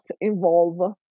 involve